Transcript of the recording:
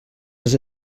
les